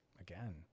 again